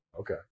Okay